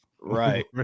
right